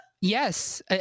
Yes